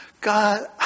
God